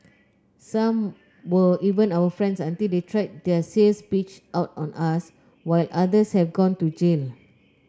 some were even our friends until they tried their sales pitch out on us while others have gone to jail